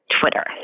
Twitter